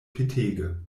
petege